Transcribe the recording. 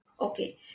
Okay